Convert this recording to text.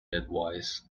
advice